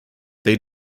they